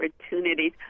opportunities